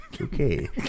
Okay